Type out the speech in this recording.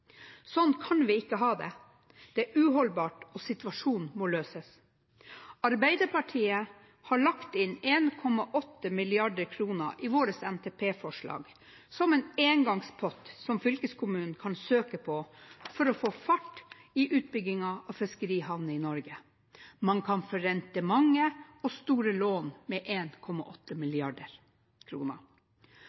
kan vi ikke ha det. Det er uholdbart, og situasjonen må løses. Arbeiderpartiet har lagt inn 1,8 mrd. kr i vårt NTP-forslag som en engangspott som fylkeskommunene kan søke på for å få fart i utbyggingen av fiskerihavner i Norge. Man kan forrente mange og store lån med